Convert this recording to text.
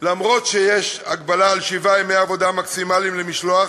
אף שיש הגבלה של שבעה ימי עבודה מקסימליים למשלוח,